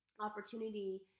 opportunity –